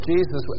Jesus